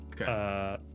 Okay